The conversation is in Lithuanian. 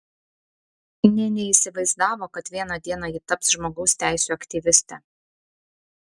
nė neįsivaizdavo kad vieną dieną ji taps žmogaus teisių aktyviste